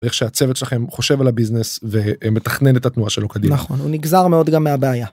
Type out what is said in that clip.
איך שהצוות שלכם... חושב על הביזנס, ו-מתכנן את התנועה שלו קדימה. נכון. הוא נגזר מאוד גם מהבעיה.